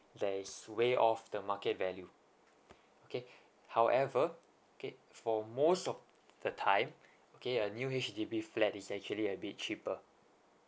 that is way off the market value okay however okay for most of the time okay a new H_D_B flat is actually a bit cheaper